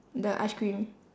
the ice cream